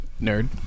nerd